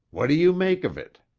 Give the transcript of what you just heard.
what do you make of it?